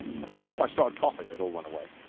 i'm sure if i started coughing, they'd all run away.